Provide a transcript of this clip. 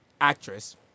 actress